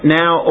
now